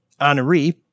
honoree